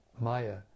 Maya